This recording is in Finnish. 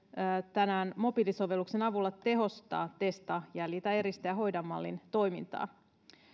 tämän mobiilisovelluksen avulla tehostaa testaa jäljitä eristä ja hoida mallin toimintaa